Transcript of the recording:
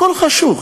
הכול חשוך.